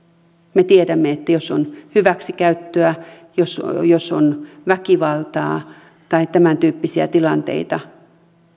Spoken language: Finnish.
me tiedämme että jos on hyväksikäyttöä jos jos on väkivaltaa tai tämäntyyppisiä tilanteita